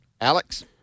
Alex